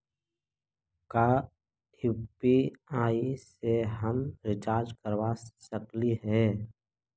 का यु.पी.आई से हम रिचार्ज करवा सकली हे?